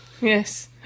Yes